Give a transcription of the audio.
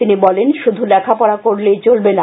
তিনি বলেন শুধু লেখাপড়া করলেই চলবে না